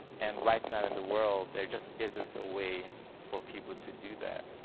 and right now in the world, there just isn't a way for people to do that,